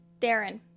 Darren